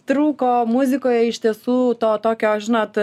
trūko muzikoje iš tiesų to tokio žinot